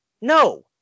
No